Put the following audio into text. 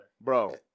Bro